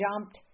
jumped